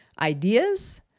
ideas